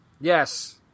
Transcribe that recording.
Yes